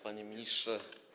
Panie Ministrze!